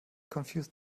confuse